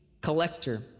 collector